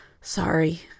Sorry